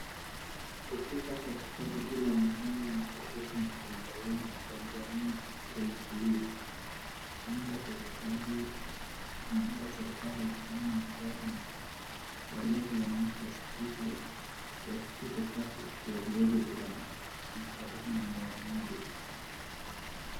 Kutupa takataka kila mahali inasababisha ugonjwa nyingi katika nchi hii, naomba serikali waambiane madhara na waeleze wananchi wasitupe chafu ovyoovyo kila mahali, inasababisha madhara nyingi.